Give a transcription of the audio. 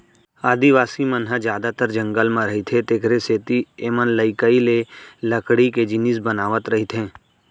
आदिवासी मन ह जादातर जंगल म रहिथे तेखरे सेती एमनलइकई ले लकड़ी के जिनिस बनावत रइथें